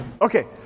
Okay